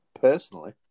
personally